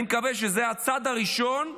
אני מקווה שזה הצעד הראשון,